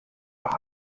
wach